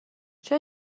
چرا